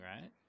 right